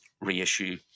reissue